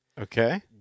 Okay